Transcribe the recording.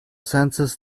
census